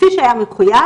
כפי שהיה מחוייב.